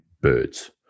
birds